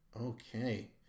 Okay